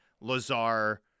lazar